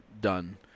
done